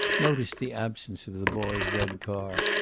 noticed the absence of the boy's red car,